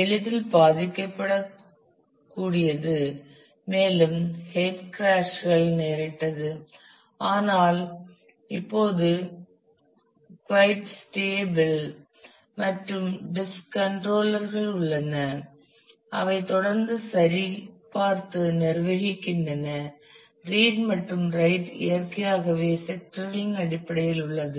எளிதில் பாதிக்கப்படக்கூடியது மேலும் ஹெட் கிராஸ் கள் நேரிட்டது ஆனால் இப்போது குவைட் ஸ்டேபிள் மேலும் டிஸ்க் கண்ட்ரோலர்கள் உள்ளன அவை தொடர்ந்து சரிபார்த்து நிர்வகிக்கின்றன ரீட் மற்றும் ரைட் இயற்கையாகவே செக்டர்களின் அடிப்படையில் உள்ளது